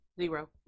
Zero